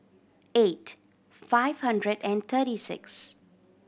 eight five hundred and thirty six